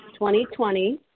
2020